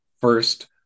first